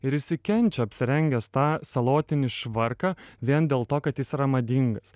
ir jisai kenčia apsirengęs tą salotinį švarką vien dėl to kad jis yra madingas